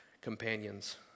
companions